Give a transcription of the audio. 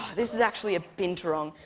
this is actually a binturong.